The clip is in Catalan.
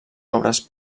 obres